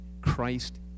Christ